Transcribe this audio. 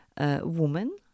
woman